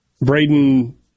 Braden